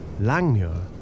Langmuir